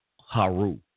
Haru